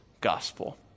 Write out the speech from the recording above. gospel